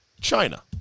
China